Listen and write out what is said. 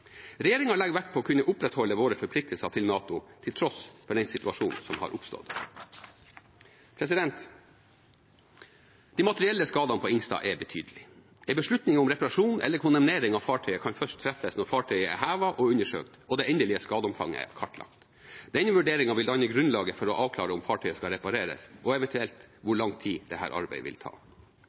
legger vekt på å kunne opprettholde våre forpliktelser til NATO, til tross for den situasjonen som har oppstått. De materielle skadene på «Helge Ingstad» er betydelige. En beslutning om reparasjon eller kondemnering av fartøyet kan først treffes når fartøyet er hevet og undersøkt og det endelige skadeomfanget er kartlagt. Denne vurderingen vil danne grunnlaget for å avklare om fartøyet skal repareres, og eventuelt hvor lang tid dette arbeidet vil ta.